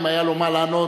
אם היה לו מה לענות.